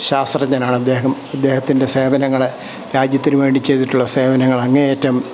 ശാസ്ത്രജ്ഞനാണ് അദ്ദേഹം ഇദ്ദേഹത്തിൻ്റെ സേവനങ്ങളെ രാജ്യത്തിനു വേണ്ടി ചെയ്തിട്ടുള്ള സേവനങ്ങളെ അങ്ങേയറ്റം